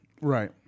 Right